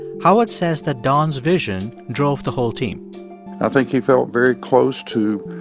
howard says that don's vision drove the whole team i think he felt very close to